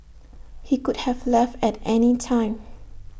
he could have left at any time